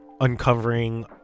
uncovering